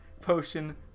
potion